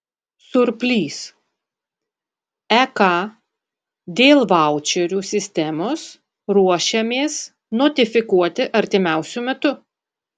surplys ek dėl vaučerių sistemos ruošiamės notifikuoti artimiausiu metu